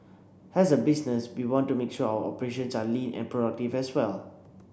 as a business we want to make sure our operations are lean and productive as well